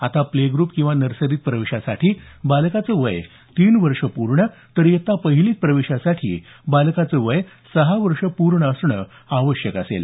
आता स्रे ग्रूप किंवा नर्सरीत प्रवेशासाठी बालकाचं वय तीन वर्ष पूर्ण तर इयत्ता पहिलीत प्रवेशासाठी बालकाचं वय सहा वर्ष पूर्ण असणं आवश्यक असेल